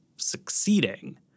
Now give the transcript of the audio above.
succeeding